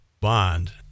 Bond